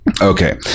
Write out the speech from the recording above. Okay